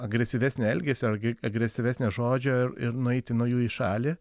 agresyvesnio elgesio ar gri agresyvesnio žodžio ir ir nueiti nuo jų į šalį